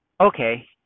Okay